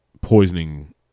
poisoning